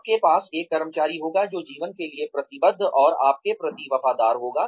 आपके पास एक कर्मचारी होगा जो जीवन के लिए प्रतिबद्ध और आपके प्रति वफादार रहेगा